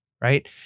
Right